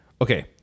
Okay